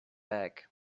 bag